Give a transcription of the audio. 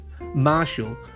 Marshall